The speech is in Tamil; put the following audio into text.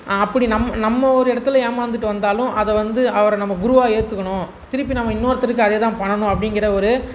அப்படி நம் நம்ம ஒரு இடத்துல ஏமாந்துட்டு வந்தாலும் அதை வந்து அவரை நம்ம குருவாக ஏற்றுக்கணும் திருப்பி நம்ம ஒருத்தருக்கு அதே தான் பண்ணணும் அப்படிங்கிற ஒரு